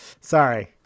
sorry